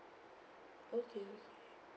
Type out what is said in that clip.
okay